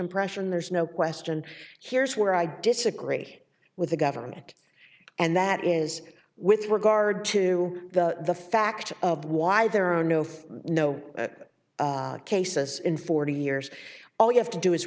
impression there's no question here's where i disagree with the government and that is with regard to the the fact of why there are no no cases in forty years all you have to do is